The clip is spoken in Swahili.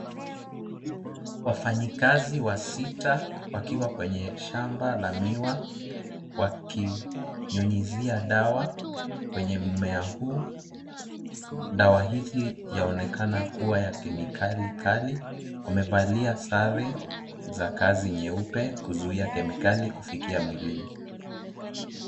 Wafanyikazi wa sita wakiwa kwenye shamba la miwa, wakinyunyizia dawa kwenye mmea huu. Dawa hizi yaonekana kuwa ya kemikali kali. Wamevalia sare za kazi nyeupe kuzuia kemikali kufikia mwilini.